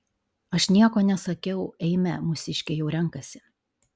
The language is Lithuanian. aš nieko nesakiau eime mūsiškiai jau renkasi